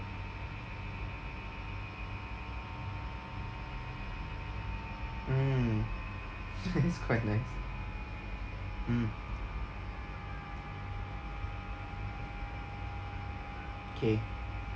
mm that's quite nice mm K